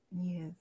Yes